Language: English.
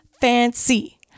fancy